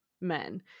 men